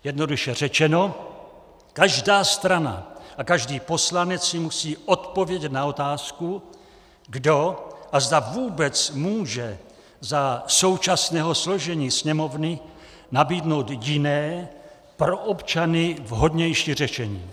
Jednoduše řečeno, každá strana a každý poslanec si musí odpovědět na otázku, kdo a zda vůbec může za současného složení Sněmovny nabídnout jiné, pro občany vhodnější řešení.